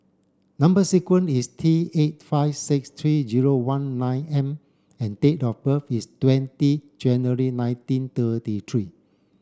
number sequence is T eight five six three zero one nine M and date of birth is twenty January nineteen thirty three